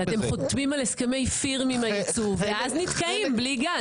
אבל אתם חותמים על הסכמי firm עם היצור ואז נתקעים בלי גז,